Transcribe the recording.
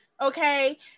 Okay